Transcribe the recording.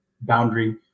boundary